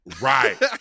right